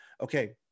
okay